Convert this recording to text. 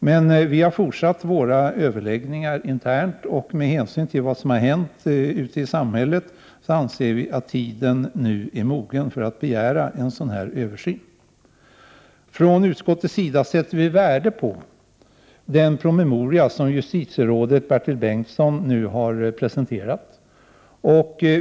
Men vi har fortsatt med våra interna överläggningar, och med hänsyn till vad som har hänt ute i samhället anser vi att tiden nu är mogen för att begära en sådan översyn. Från utskottets sida sätter vi värde på den promemoria som justitierådet Bertil Bengtsson nu har presenterat.